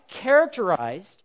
characterized